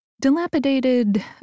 Dilapidated